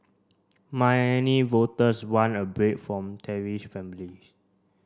voters want a break from tarnished families